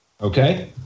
Okay